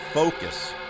Focus